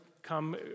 come